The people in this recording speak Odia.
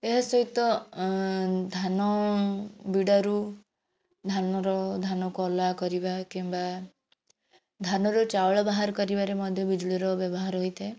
ଏହାସହିତ ଧାନ ବିଡ଼ାରୁ ଧାନର ଧାନକୁ ଅଲଗା କରିବା କିମ୍ବା ଧାନରୁ ଚାଉଳ ବାହାର କରିବାରେ ମଧ୍ୟ ବିଜୁଳିର ବ୍ୟବହାର ହୋଇଥାଏ